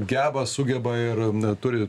geba sugeba ir n turi